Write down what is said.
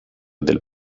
del